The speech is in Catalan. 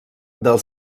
del